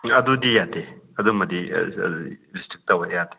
ꯑꯗꯨꯗꯤ ꯌꯥꯗꯦ ꯑꯗꯨꯝꯃꯗꯤ ꯔꯦꯁꯇ꯭ꯔꯤꯛ ꯇꯧꯋꯦ ꯌꯥꯗꯦ